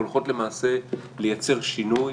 והולכות למעשה לייצר שינוי,